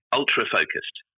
ultra-focused